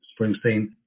Springsteen